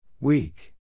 Weak